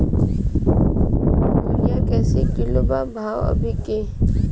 Urea कइसे kilo बा भाव अभी के?